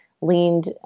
leaned